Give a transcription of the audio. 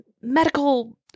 Medical